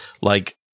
like-